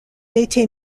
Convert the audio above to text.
était